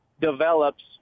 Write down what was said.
develops